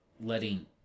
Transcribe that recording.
letting